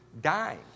dying